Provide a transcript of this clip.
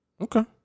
Okay